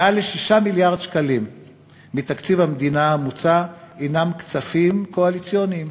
מעל 6 מיליארד שקלים מתקציב המדינה המוצע הנם כספים קואליציוניים,